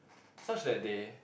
such that they